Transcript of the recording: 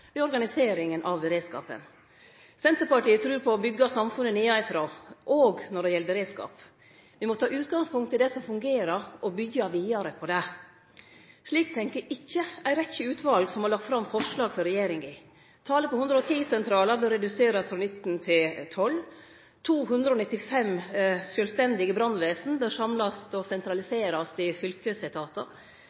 organiseringa av beredskapen. Senterpartiet trur på å byggje samfunnet nedanfrå òg når det gjeld beredskap. Me må ta utgangspunkt i det som fungerer, og byggje vidare på det. Slik tenkjer ikkje ei rekkje utval som har lagt fram forslag for regjeringa. Talet på 110-sentralar bør reduserast frå 19 til 12. 295 sjølvstendige brannvesen bør samlast og sentraliserast i fylkesetatar.